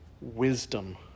Wisdom